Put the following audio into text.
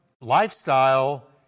lifestyle